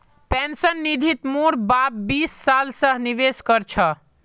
pension निधित मोर बाप बीस साल स निवेश कर छ